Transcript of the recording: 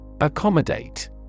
Accommodate